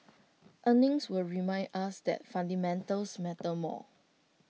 earnings will remind us that fundamentals matter more